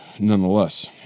Nonetheless